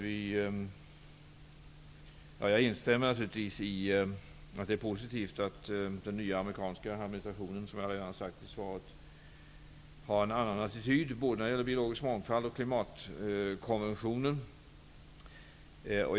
Jag instämmer naturligtvis i att det är positivt att den nya amerikanska administrationen, som jag redan har sagt i svaret, har en annan attityd, när det gäller både biologisk mångfald och klimatkonventionen.